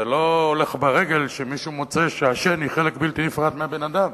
זה לא הולך ברגל שמישהו מוצא שהשן היא חלק בלתי נפרד מהבן-אדם